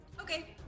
Okay